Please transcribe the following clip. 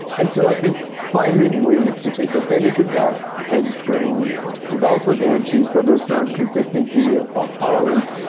and so i think finding ways to take advantage of that and bring developer guarantees, whether it's around consistency or fault tolerance.